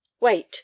Wait